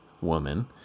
woman